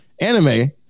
anime